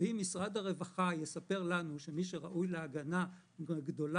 אם משרד הרווחה יספר לנו שמי שראוי להגנה גדולה